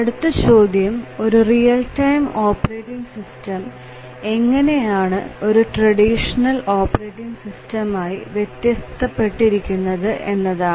അടുത്ത ചോദ്യം ഒരു റിയൽ ടൈം ഓപ്പറേറ്റിങ് സിസ്റ്റം എങ്ങനെയാണ് ഒരു ട്രഡീഷണൽ ഓപ്പറേറ്റിംഗ് സിസ്റ്റം ആയി വ്യത്യസ്ത പെട്ടിരിക്കുന്നത് എന്നതാണ്